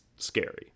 scary